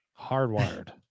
Hardwired